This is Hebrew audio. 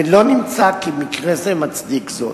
ולא נמצא כי מקרה זה מצדיק זאת.